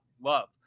Love